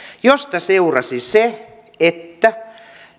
mistä seurasi se että